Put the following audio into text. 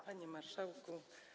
Panie Marszałku!